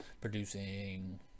producing